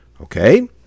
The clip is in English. Okay